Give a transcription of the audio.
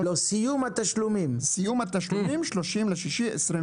סיום התשלומים ב-30.6.23.